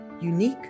unique